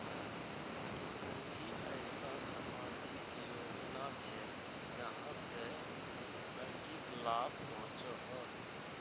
कोई ऐसा सामाजिक योजना छे जाहां से लड़किक लाभ पहुँचो हो?